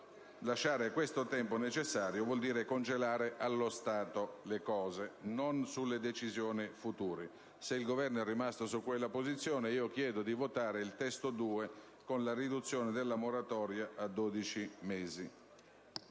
Lasciare questo tempo necessario vuol dire congelare allo stato le cose, non sulle decisioni future. Se il Governo è rimasto su quella posizione, chiedo di votare il testo 2, con la riduzione della moratoria a 12 mesi.